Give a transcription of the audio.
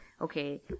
okay